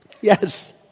Yes